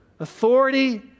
authority